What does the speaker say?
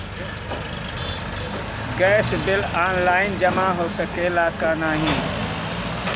Gas bill online जमा हो सकेला का नाहीं?